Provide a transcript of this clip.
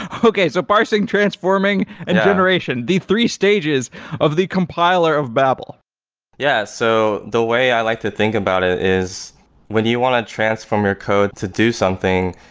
okay, so parsing, transforming and generation the three stages of the compiler of babel yeah. so the way i like to think about it is when you want to transform your code to do something,